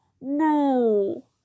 no